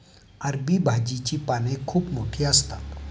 अरबी भाजीची पाने खूप मोठी असतात